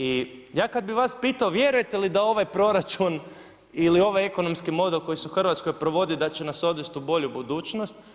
I ja kad bi vas pitao vjerujete li da ovaj proračun ili ovaj ekonomski model koji se u Hrvatskoj provodi da će nas odvest u bolju budućnost.